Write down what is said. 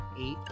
eight